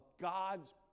God's